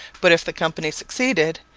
but if the company succeeded,